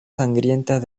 sangrientas